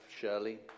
Shirley